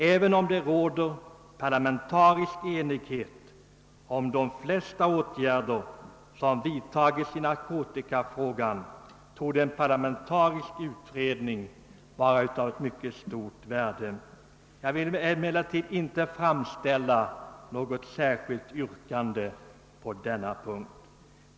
Även om det råder enighet i riksdagen om de flesta åtgärder som vidtagits i narkotikafrågan torde en parlamentarisk utredning vara av mycket stort värde. Jag skall emellertid inte framställa något särskilt yrkande på denna punkt.